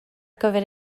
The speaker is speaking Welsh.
gyfer